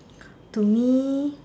to me